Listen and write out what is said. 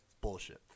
Bullshit